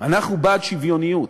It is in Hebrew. אנחנו בעד שוויוניות,